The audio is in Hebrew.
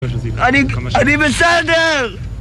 אני... אני בסדר!